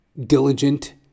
diligent